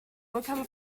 local